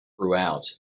throughout